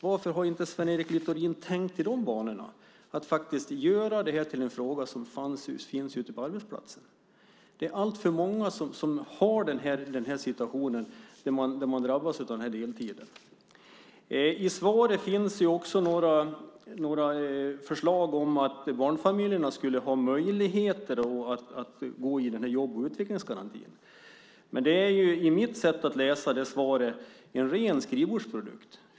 Varför har inte Sven Otto Littorin tänkt i de banorna, att faktiskt göra det här till en fråga som finns ute på arbetsplatserna? Det är alltför många som har den här situationen och drabbas av deltid. I svaret finns också några förslag om att barnfamiljer skulle ha möjligheter att gå i jobb och utvecklingsgarantin. Men det är, enligt mitt sätt att se det, en ren skrivbordsprodukt.